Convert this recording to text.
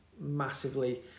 massively